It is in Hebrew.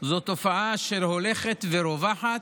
שהולכת ורווחת,